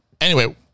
Anyway-